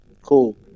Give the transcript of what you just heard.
Cool